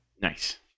Nice